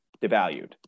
devalued